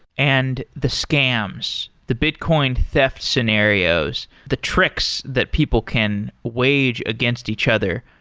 and the scams, the bitcoing thefts scenarios, the tricks that people can wage against each other.